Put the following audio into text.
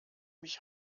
mich